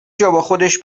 جاباخودش